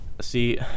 see